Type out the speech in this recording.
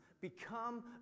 become